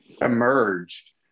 emerged